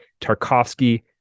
tarkovsky